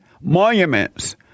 monuments